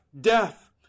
death